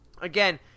again